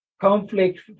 conflict